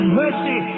mercy